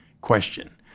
question